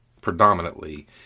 Predominantly